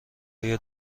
آیا